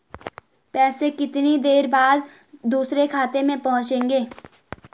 पैसे कितनी देर बाद दूसरे खाते में पहुंचेंगे?